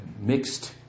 mixed